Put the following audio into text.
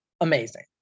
Amazing